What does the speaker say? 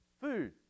food